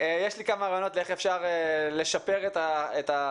יש לי כמה רעיונות לאיך אפשר לשפר את התקציב